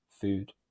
food